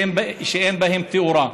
שאין בהם תאורה.